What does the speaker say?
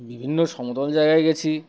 বিভিন্ন সমতল জায়গায় গেছি